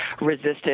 resisted